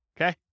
Okay